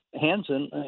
Hansen